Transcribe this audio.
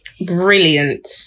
Brilliant